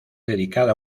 dedicada